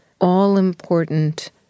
all-important